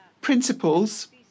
principles